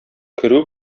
керү